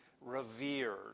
revered